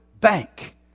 bank